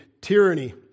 tyranny